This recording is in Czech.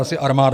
Asi armáda.